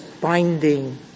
binding